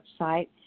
website